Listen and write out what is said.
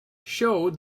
showed